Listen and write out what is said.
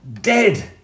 dead